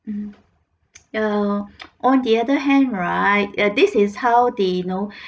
mm uh on the other hand right and this is how they know